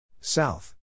South